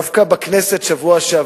אדוני היושב-ראש,